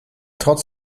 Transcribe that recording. trotz